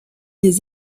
des